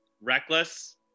reckless